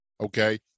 Okay